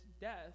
death